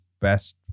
best